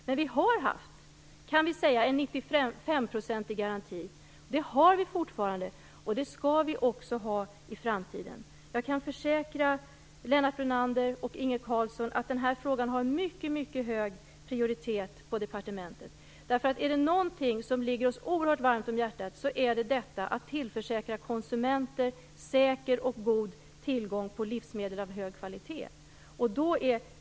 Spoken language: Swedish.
Men vi kan säga att vi har haft en 95 procentig garanti. Det har vi fortfarande, och det skall vi också ha i framtiden. Jag kan försäkra Lennart Brunander och Inge Carlsson att den här frågan har en mycket hög prioritet på departementet. Om någonting ligger oss oerhört varmt om hjärtat är det att tillförsäkra konsumenter en säker och god tillgång till livsmedel av hög kvalitet.